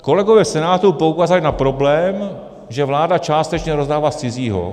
Kolegové v Senátu poukázali na problém, že vláda částečně rozdává z cizího.